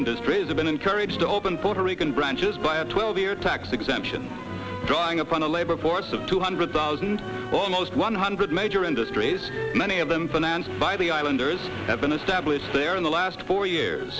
industries have been encouraged to open puerto rican branches by a twelve year tax exemption drawing upon a labor force of two hundred thousand almost one hundred major industries many of them financed by the islanders have been established there in the last four years